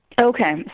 Okay